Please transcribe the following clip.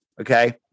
okay